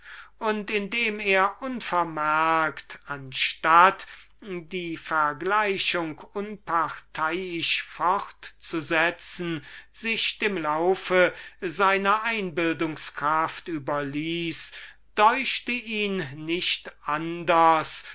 und indem er unvermerkt anstatt die vergleichung unparteiisch fortzusetzen sich dem schleichenden lauf seiner erregten einbildungskraft überließ deuchte ihn nicht anders